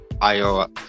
Iowa